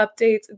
updates